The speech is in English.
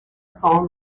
song